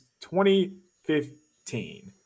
2015